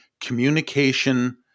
communication